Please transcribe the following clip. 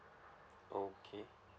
okay